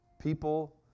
people